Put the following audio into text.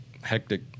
hectic